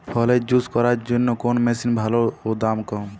ফলের জুস করার জন্য কোন মেশিন ভালো ও দাম কম?